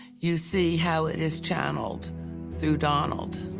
you see how it is channeled through donald.